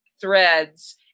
threads